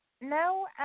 No